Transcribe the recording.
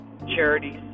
charities